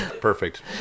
Perfect